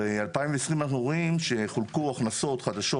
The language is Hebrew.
ב-2020 אנחנו רואים שחולקו הכנסות חדשות